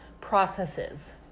processes